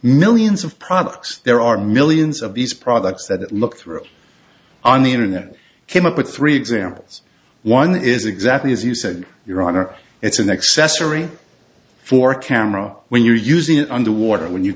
millions of products there are millions of these products that look through on the internet came up with three examples one is exactly as you said your honor it's an accessory for camera when you're using it under water when you